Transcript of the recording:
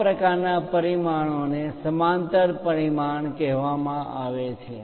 આવા પ્રકારના પરિમાણોને સમાંતર પરિમાણ કહેવામાં આવે છે